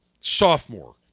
sophomore